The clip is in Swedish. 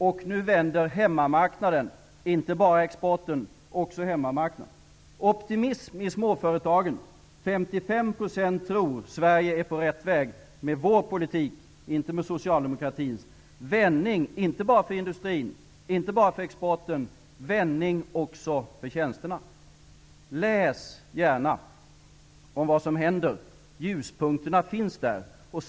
Och nu vänder hemmamarknaden -- inte bara exporten utan också hemmamarknaden. Det heter vidare: ''Optimism i småföretagen. 55 procent tror Sverige är på rätt väg.'' Och det sker med vår politik, inte med socialdemokratins. Vändning inte bara för industrin, inte bara för exporten. Vändning också för tjänsterna. Läs gärna om vad som händer! Ljuspunkterna finns där.